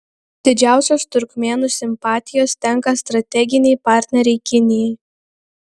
didžiausios turkmėnų simpatijos tenka strateginei partnerei kinijai